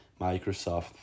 Microsoft